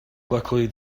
luckily